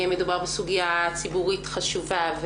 מדובר בסוגיה ציבורית חשובה,